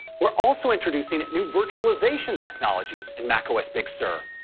we're also introducing new virtualization technologies in macos big sur.